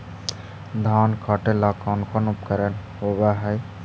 धान काटेला कौन कौन उपकरण होव हइ?